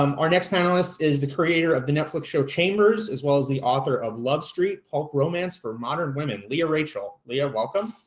um our next panelist is the creator of the netflix show chambers as well as the author of love street, pulp romance for modern women, leah rachel. leah, welcome.